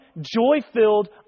joy-filled